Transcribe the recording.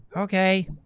ok.